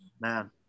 Man